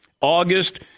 August